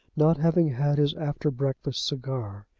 not having had his after-breakfast cigar.